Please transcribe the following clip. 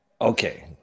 Okay